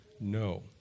No